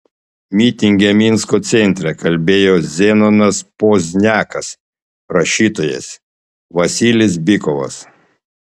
mitinge minsko centre kalbėjo zenonas pozniakas rašytojas vasilis bykovas